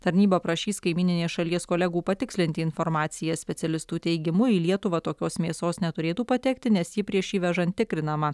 tarnyba prašys kaimyninės šalies kolegų patikslinti informaciją specialistų teigimu į lietuvą tokios mėsos neturėtų patekti nes ji prieš įvežant tikrinama